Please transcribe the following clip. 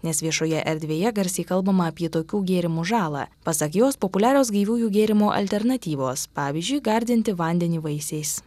nes viešoje erdvėje garsiai kalbama apie tokių gėrimų žalą pasak jos populiarios gaiviųjų gėrimų alternatyvos pavyzdžiui gardinti vandenį vaisiais